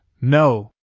no